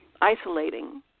isolating